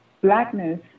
blackness